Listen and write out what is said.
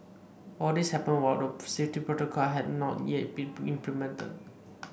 all this happened while the safety protocol had not yet been implemented